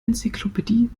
enzyklopädie